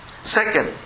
Second